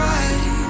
right